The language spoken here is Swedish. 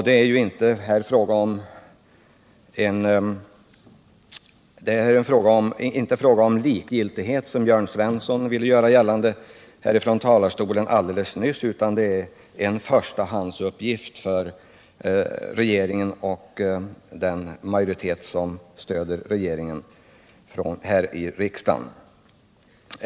Det är sannerligen inte fråga om likgiltighet som Jörn Svensson ville göra gällande från talarstolen alldeles nyss, utan det är en förstahandsuppgift för regeringen och den majoritet som stöder regeringen här i riksdagen.